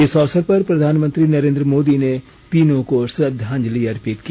इस अवसर पर प्रधानमंत्री नरेन्द्र मोदी ने तीनों को श्रद्धांजलि अर्पित की